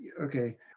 okay